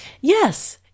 yes